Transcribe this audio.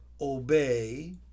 obey